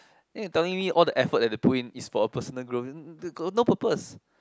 then you telling me all the effort that they putting in is for personal growth got no purpose